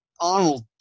Arnold